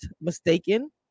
mistaken